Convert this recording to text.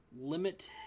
limit